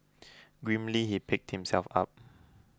grimly he picked himself up